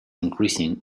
increasing